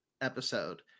episode